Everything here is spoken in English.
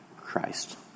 Christ